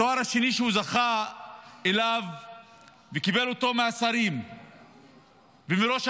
התואר השני שהוא זכה בו וקיבל אותו מהשרים ומראש הממשלה,